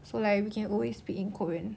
so like we can always speak in korean